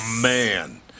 man